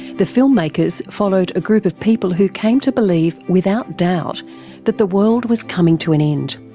the filmmakers followed a group of people who came to believe without doubt that the world was coming to an end.